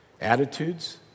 attitudes